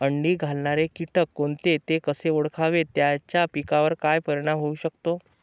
अंडी घालणारे किटक कोणते, ते कसे ओळखावे त्याचा पिकावर काय परिणाम होऊ शकतो?